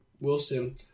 wilson